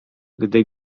gdy